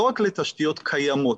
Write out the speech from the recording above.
לא רק לתשתיות קיימות,